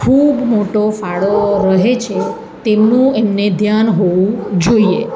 ખૂબ મોટો ફાળો રહે છે તેમનું એમને ધ્યાન હોવું જોઈએ